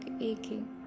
aching